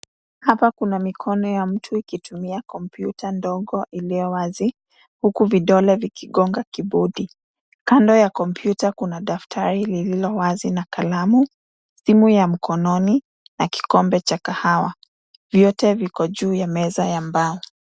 Hapa kuna mikono ya mtu ikitumia kompyuta ndogo iliyowazi, huku vidole vikigonga kibodi. Kando ya kompyuta, kuna daftari lililowazi na kalamu, simu ya mkononi na kikombe cha kahawa. Vyote viko juu ya meza ya mbao.